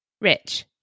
Rich